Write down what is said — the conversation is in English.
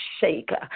shaker